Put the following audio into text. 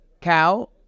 cow